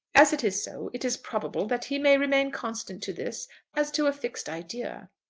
as it is so, it is probable that he may remain constant to this as to a fixed idea.